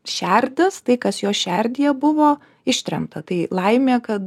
šerdis tai kas jo šerdyje buvo ištremta tai laimė kad